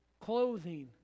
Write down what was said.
clothing